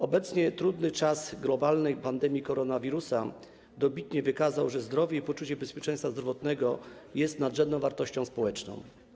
Obecnie trudny czas globalnej pandemii koronawirusa dobitnie wykazał, że zdrowie i poczucie bezpieczeństwa zdrowotnego jest nadrzędną wartością społeczną.